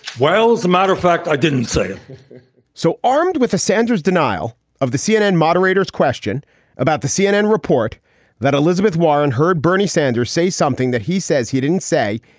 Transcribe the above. well, as a matter of fact, i didn't say so. armed with a sanders denial of the cnn moderators question about the cnn report that elizabeth warren heard bernie sanders say something that he says he didn't say,